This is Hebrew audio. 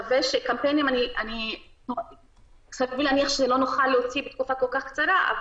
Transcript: קמפיינים סביר להניח שלא נוכל להוציא בתקופה כל כך קצרה,